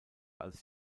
als